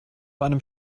einem